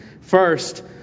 First